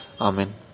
Amen